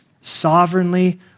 sovereignly